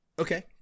Okay